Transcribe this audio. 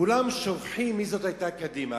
כולם שוכחים מי זאת היתה קדימה.